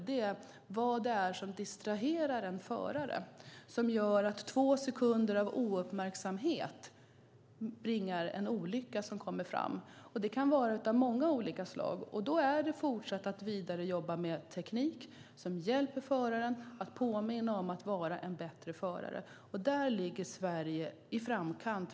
Det handlar om vad det är som distraherar en förare. Två sekunder av ouppmärksamhet kan innebära att det blir en olycka. Det kan bero på många olika saker. Det gäller att fortsätta att jobba med teknik som hjälper och påminner föraren om att vara en bättre förare. Där ligger Sverige i framkant.